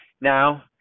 Now